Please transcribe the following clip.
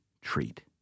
treat